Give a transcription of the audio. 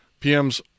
PMs